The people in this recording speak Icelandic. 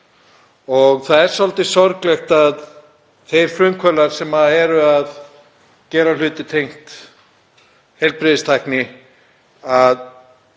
Það er svolítið sorglegt að þeir frumkvöðlar sem eru að gera hluti tengda heilbrigðistækni